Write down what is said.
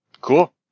Cool